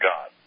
God